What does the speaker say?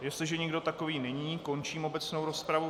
Jestliže nikdo takový není, končím obecnou rozpravu.